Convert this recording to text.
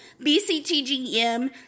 BCTGM